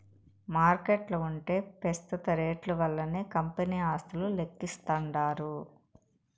మార్కెట్ల ఉంటే పెస్తుత రేట్లు వల్లనే కంపెనీ ఆస్తులు లెక్కిస్తాండారు